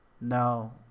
No